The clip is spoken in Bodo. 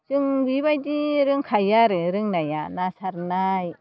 जों बेबायदि रोंखायो आरो रोंनाया ना सारनाय